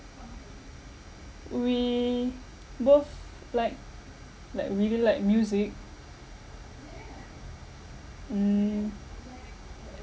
we both like like really like music mm